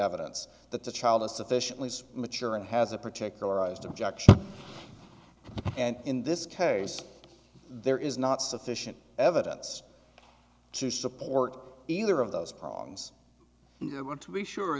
evidence that the child is sufficiently so mature and has a particular ised objection and in this case there is not sufficient evidence to support either of those problems and you want to be sure